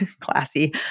classy